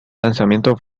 lanzamiento